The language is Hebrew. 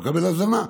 מקבל הזנה.